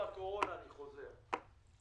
בוקר טוב.